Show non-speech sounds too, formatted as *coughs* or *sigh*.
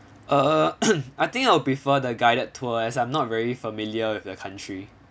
uh *coughs* I think I'll prefer the guided tour as I'm not very familiar with the country